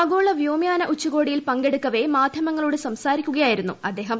ആഗോള വ്യോമയാന ഉച്ചകോടിയിൽ പങ്കെടുക്കവേ മാധ്യമങ്ങളോടു സംസ്കാരിക്കുകയായിരുന്നു അദ്ദേഹം